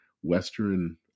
Western